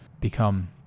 become